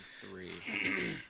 three